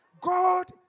God